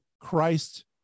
Christ